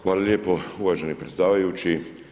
Hvala lijepo uvaženi predsjedavajući.